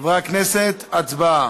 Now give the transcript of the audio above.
חברי הכנסת, הצבעה.